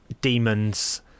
demons